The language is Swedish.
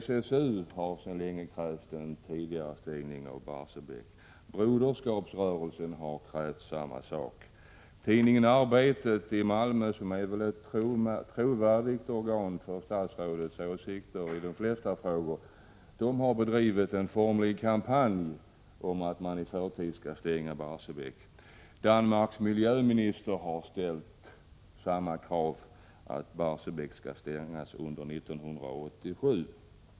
SSU har sedan länge krävt en tidigare avstängning av Barsebäcksverket. Broderskapsrörelsen har också krävt det. Tidningen Arbetet i Malmö, som är ett trovärdigt organ när det gäller statsrådets åsikter i de flesta frågor, har bedrivit en formlig kampanj för att man i förtid skall stänga Barsebäcksverket. Danmarks miljöminister har ställt kravet att Barsebäcksverket skall stängas under 1987.